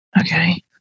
Okay